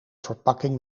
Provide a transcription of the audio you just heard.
verpakking